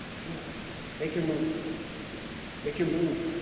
come on make your move make your move